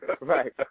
Right